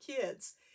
kids